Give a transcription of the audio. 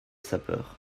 sapeur